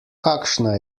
kakšna